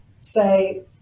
say